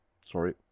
Sorry